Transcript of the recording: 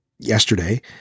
yesterday